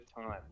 time